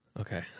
Okay